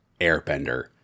Airbender